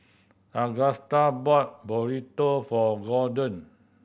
Agusta bought Burrito for Golden